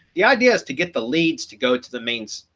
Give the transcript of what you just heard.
the idea is to get the leads to go to the main,